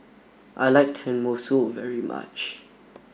I like Tenmusu very much